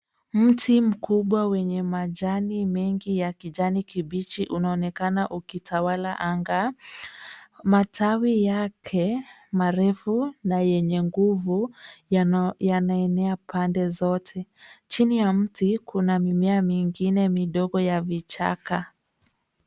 Mti mkubwa wenye majani mengi ya kijani kibichi unaonekana ukitawala anga. Matawi yake marefu na yenye nguvu yanaenea pande zote. Chini ya mti kuna mimea mingine ya vichaka.